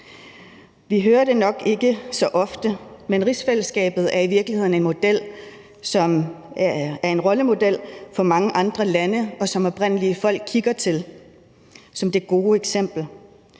Vi hører det nok ikke så ofte, men rigsfællesskabet er i virkeligheden en model, som er en rollemodel for mange andre lande, og som oprindelige folk kigger til som det gode eksempel.